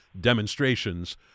demonstrations